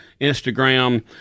Instagram